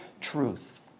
truth